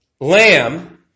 lamb